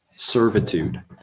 servitude